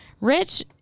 Rich